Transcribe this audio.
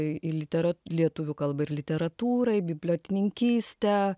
į litera lietuvių kalbą ir literatūrą į biblioteninkystę